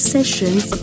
Sessions